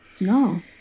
No